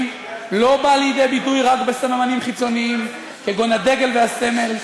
לא בא לידי ביטוי רק בסממנים חיצוניים כגון הדגל והסמל,